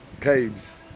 caves